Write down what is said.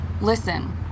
Listen